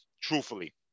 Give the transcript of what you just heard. truthfully